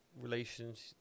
relations